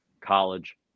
college